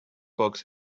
books